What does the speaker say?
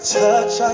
touch